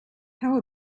how